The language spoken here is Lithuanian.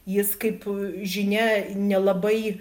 jis kaip žinia nelabai